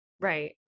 Right